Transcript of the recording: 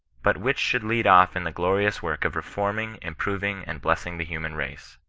but which should lead off in the glorious work of reforming, improving and blessing the human race.